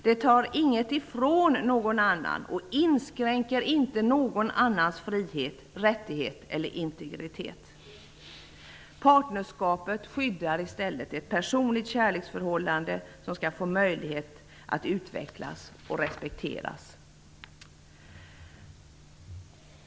Det tar inte ifrån någon annan något, och det inskränker inte någon annans frihet, rättighet eller integritet. Med ett partnerskap skyddas i stället ett personligt kärleksförhållande, som skall få möjlighet att utvecklas och respekteras.